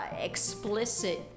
explicit